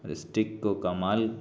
اور اس ٹک کو کمال